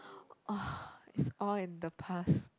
oh it's all in the past